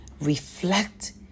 reflect